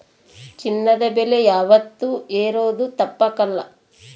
ಚಿನ್ನದ ಬೆಲೆ ಯಾವಾತ್ತೂ ಏರೋದು ತಪ್ಪಕಲ್ಲ